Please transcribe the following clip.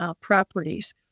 properties